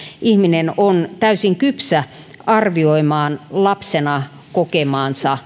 ihminen on täysin kypsä arvioimaan lapsena kokemaansa